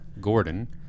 Gordon